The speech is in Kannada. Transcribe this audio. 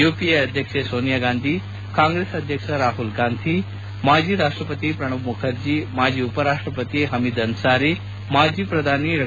ಯುಪಿಎ ಅಧ್ಯಕ್ಷೆ ಸೋನಿಯಾ ಗಾಂಧಿ ಕಾಂಗ್ರೆಸ್ ಅಧ್ಯಕ್ಷ ರಾಹುಲ್ ಗಾಂಧಿ ಮಾಜಿ ರಾಷ್ಷಪತಿ ಪ್ರಣಮ್ ಮುಖರ್ಜಿ ಮಾಜಿ ಉಪರಾಷ್ಟಪತಿ ಹಮೀದ್ ಅನ್ಲಾರಿ ಮಾಜಿ ಪ್ರಧಾನಿ ಡಾ